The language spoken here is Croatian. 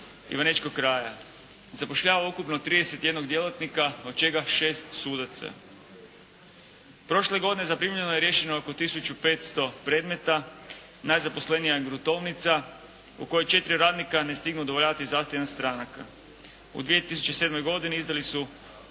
ivanečkog kraja. Zapošljava ukupno 31 djelatnika od čega šest sudaca. Prošle godine zaprimljeno i riješeno oko tisuću 500 predmeta. Najzaposlenija je gruntovnica u kojoj četiri radnika ne stignu udovoljavati zahtjevima stranaka. U 2007. godine izdali su